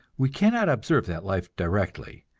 we cannot observe that life directly,